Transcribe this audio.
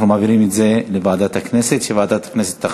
אנחנו מעבירים את זה לוועדת הכנסת, שתכריע